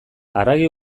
haragi